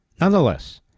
Nonetheless